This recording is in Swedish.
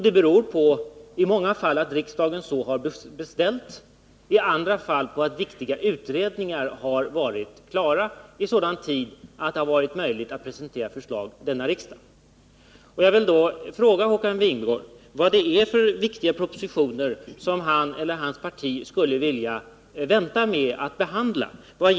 Det beror i många fall på att riksdagen så har bestämt. I andra fall beror det på att viktiga utredningar har blivit klara i sådan tid att det har varit möjligt att presentera förslag för denna riksdag. Jag vill fråga Håkan Wingård vad det är för viktiga proposi ioner som han eller hans parti skulle vilja vänta med att behandla.